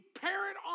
parent